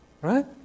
Right